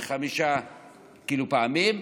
חמש פעמים,